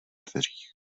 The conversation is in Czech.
dveřích